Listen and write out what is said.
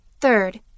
third